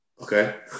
Okay